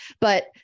But-